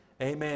Amen